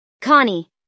Connie